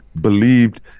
believed